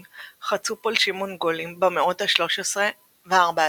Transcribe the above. חצו פולשים מונגולים במאות ה-13 וה -14.